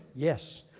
yes,